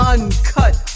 Uncut